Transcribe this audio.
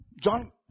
John